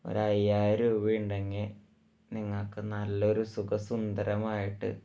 ഒരു അയ്യായിരം രൂപയുണ്ടെങ്കിൽ നിങ്ങൾക്ക് നല്ല ഒരു സുഖം സുന്ദരമായിട്ട്